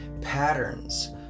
patterns